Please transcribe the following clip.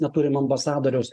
neturim ambasadoriaus